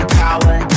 power